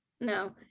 No